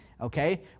Okay